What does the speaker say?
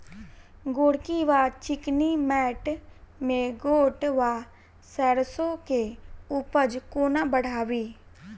गोरकी वा चिकनी मैंट मे गोट वा सैरसो केँ उपज कोना बढ़ाबी?